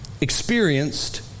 experienced